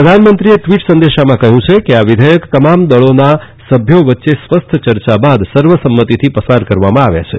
પ્રધાનમંત્રીએ ટવીટ સંદેશામાં કહ્યું છે કે આ વિધ્યક તમામ દળોના સભ્યો વચ્ચે સ્વસ્થ ચર્ચા બાદ સર્વસંમતિથી પસાર કરવામાં આવ્યા છે